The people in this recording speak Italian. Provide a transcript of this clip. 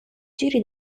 giri